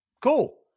cool